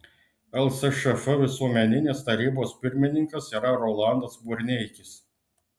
lsšf visuomeninės tarybos pirmininkas yra rolandas burneikis